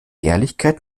ehrlichkeit